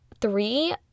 three